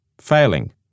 Failing